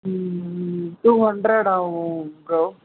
two hundred ஆகும் bro